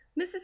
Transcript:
mrs